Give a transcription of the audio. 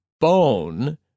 bone